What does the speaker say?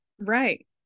Right